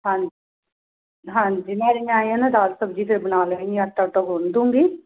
ਹਾਂਜੀ ਹਾਂਜੀ ਨਾਲੇ ਮੈਂ ਐਂ ਆ ਨਾ ਦਾਲ ਸਬਜ਼ੀ ਫਿਰ ਬਣਾ ਲੈਣੀ ਆ ਆਟਾ ਊਟਾ ਗੁੰਨ ਦੂੰਗੀ